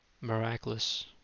miraculous